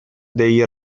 dei